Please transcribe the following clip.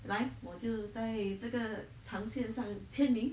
来我就在这个长线上签名